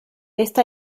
esta